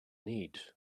need